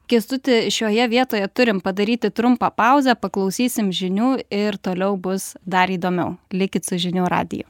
kęstuti šioje vietoje turim padaryti trumpą pauzę paklausysim žinių ir toliau bus dar įdomiau likit su žinių radiju